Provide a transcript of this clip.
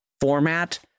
format